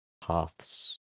paths